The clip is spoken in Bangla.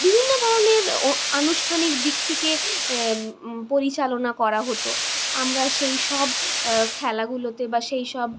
বিভিন্ন ধরনের আনুষ্ঠানিক দিক থেকে পরিচালনা করা হতো আমরা সেই সব খেলাগুলোতে বা সেই সব